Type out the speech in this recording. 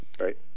right